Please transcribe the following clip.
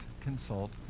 consult